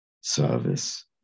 service